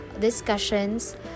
discussions